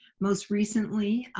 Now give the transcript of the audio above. most recently,